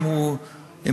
אם הוא ירצה,